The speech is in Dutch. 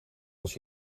was